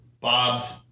Bob's